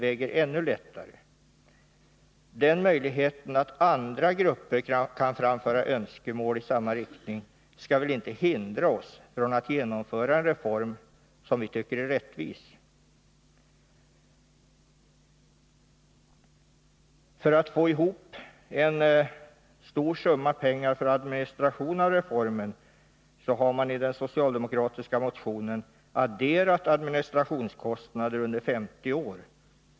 Andra gruppers möjligheter att framföra önskemål i samma riktning skall väl inte hindra oss från att genomföra en reform som vi tycker är rättvis. För att få ihop en tillräckligt stor summa pengar för administration av reformen har man i den socialdemokratiska motionen adderat administrationskostnader under 50 år.